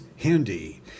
Handy